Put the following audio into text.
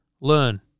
learn